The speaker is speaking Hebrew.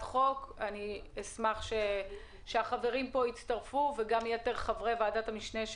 חוק ואני אשמח שהחברים פה יצטרפו וגם יתר חברי ועדת המשנה,